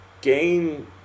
gain